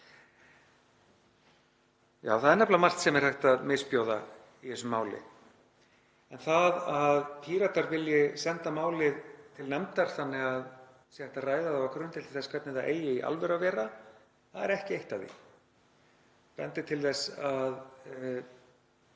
Já, það er nefnilega margt sem er hægt að misbjóða í þessu máli. Það að Píratar vilji senda málið til nefndar þannig að hægt sé að ræða það á grundvelli þess hvernig það eigi í alvöru að vera er ekki eitt af því